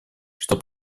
что